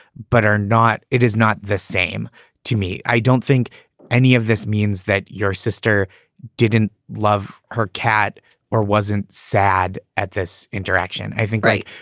but are not it is not the same to me. i dont think any of this means that your sister didn't love her cat or wasn't sad at this interaction. i think. right.